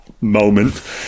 moment